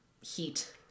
heat